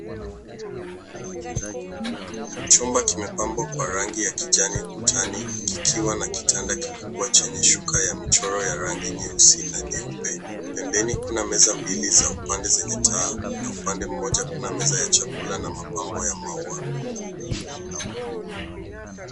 Chumba kimepambwa kwa rangi ya kijani ukutani kikiwa na kitanda kikubwa chenye shuka ya michoro ya rangi nyeusi na nyeupe. Pembeni kuna meza mbili za upande zenye taa na upande mmoja kuna meza ya chakula na mapambo ya maua.